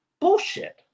Bullshit